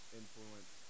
influence